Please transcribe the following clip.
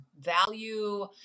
value